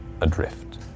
adrift